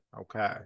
Okay